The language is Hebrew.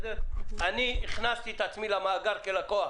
אני הכנסתי את עצמי למאגר כלקוח,